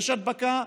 יש הדבקה.